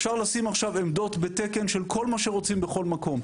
אפשר לשים עכשיו עמדות בתקן של כל מה שרוצים בכל מקום,